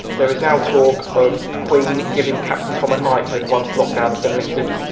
there is now talk of the queen giving captain tom a knighthood once lockdown has been lifted.